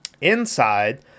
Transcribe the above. inside